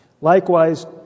Likewise